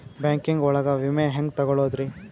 Banking ಒಳಗ ವಿಮೆ ಹೆಂಗ್ ತೊಗೊಳೋದ್ರಿ?